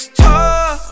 talk